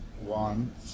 One